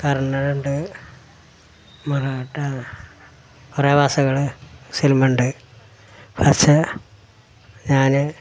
കർണ്ണാടയുണ്ട് മറാഠ കുറേ ഭാഷകൾ സിനിമയുണ്ട് പക്ഷേ ഞാൻ